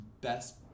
best